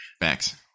Facts